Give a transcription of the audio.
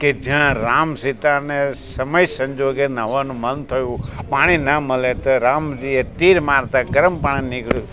કે જ્યાં રામ સીતાને સમય સંજોગે નહાવાનું મન થયું પાણી ના મળે તો રામજીએ તીર મારતા ગરમ પાણી નીકળ્યું